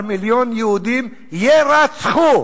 11 מיליון יהודים יירצחו.